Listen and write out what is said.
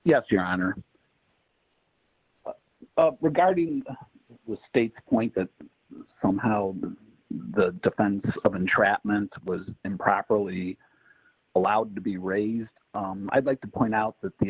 yes your honor regarding with state's point that somehow the defense of entrapment was improperly allowed to be raised i'd like to point out that the